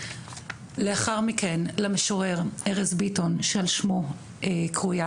לאחר מכן למשורר ארז ביטון שעל שמו קרויה